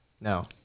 No